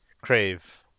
crave